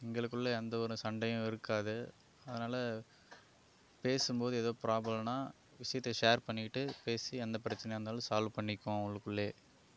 எங்களுக்குள்ளே எந்த ஒரு சண்டையும் இருக்காது அதனால் பேசும் போது ஏதோ ப்ராப்ளன்னால் விஷயத்தை ஷேர் பண்ணிகிட்டு பேசி எந்த பிரச்சினையாக இருந்தாலும் சால்வ் பண்ணிக்குவோம் உள்ளுக்குள்ளேயே